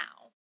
now